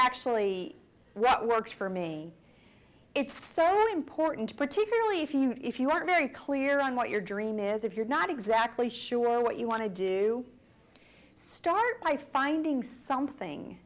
actually what works for me it's so important particularly if you if you are very clear on what your dream is if you're not exactly sure what you want to do start by finding something